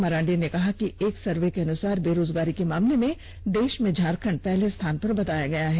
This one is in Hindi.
मरांडी ने कहा कि एक सर्वे के अनुसार बेरोजगारी के मामले में देश में झारखंड को पहले स्थान पर बताया गया है